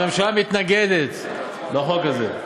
הממשלה מתנגדת לחוק הזה.